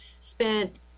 spent